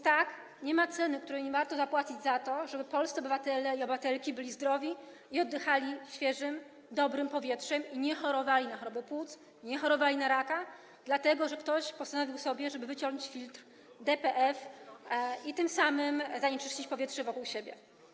Tak, nie ma ceny, której nie warto zapłacić, żeby polscy obywatele i obywatelki byli zdrowi, oddychali świeżym, dobrym powietrzem i nie chorowali na choroby płuc, nie chorowali na raka, dlatego że ktoś postanowił wyciąć filtr DPF i tym samym zanieczyścić powietrze wokół siebie.